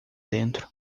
dentro